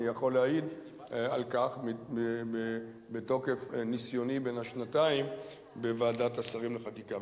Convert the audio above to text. אני יכול להעיד על כך מתוקף ניסיוני בן השנתיים בוועדת השרים לחקיקה.